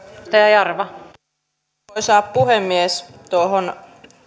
arvoisa puhemies tuohon